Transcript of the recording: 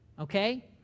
okay